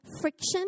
friction